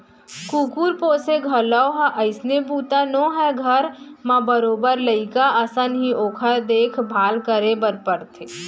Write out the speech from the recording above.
कुकुर पोसे घलौक ह अइसने बूता नोहय घर म बरोबर लइका असन ही ओकर देख भाल करे बर परथे